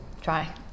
Try